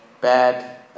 bad